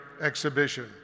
exhibition